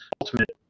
ultimate